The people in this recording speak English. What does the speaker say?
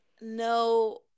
no